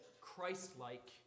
Christ-like